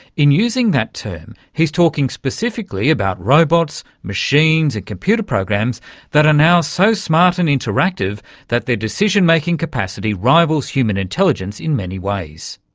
in using that term he's talking specifically about robots, machines and computer programs that are now so smart and interactive that their decision-making capacity rivals human intelligence in many ways.